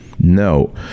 no